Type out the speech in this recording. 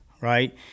right